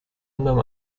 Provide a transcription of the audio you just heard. anderem